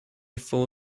full